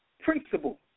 principle